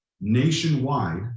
Nationwide